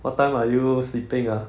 what time are you sleeping ah